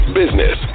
business